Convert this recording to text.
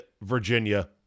Virginia